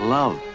love